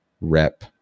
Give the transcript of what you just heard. rep